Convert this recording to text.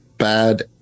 Bad